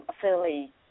fairly